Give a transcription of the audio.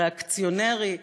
ריאקציונרי.